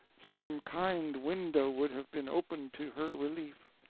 some kind window would have been opened to her relief.